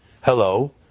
hello